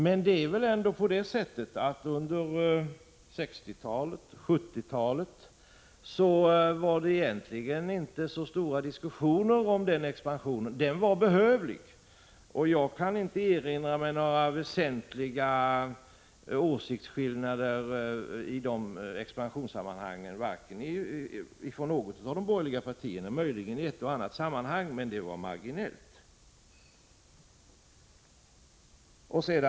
Men under 1960-talet och 1970-talet var det egentligen inte så stora diskussioner om den expansionen. Den var behövlig, och jag kan inte erinra mig att några väsentliga åsiktsskillnader i fråga om denna expansion kommit till uttryck från något av de borgerliga partierna — möjligen i ett och annat sammanhang, men det var marginellt.